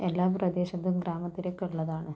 എല്ലാ പ്രദേശത്തും ഗ്രാമത്തിലൊക്കെ ഉള്ളതാണ്